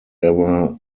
ever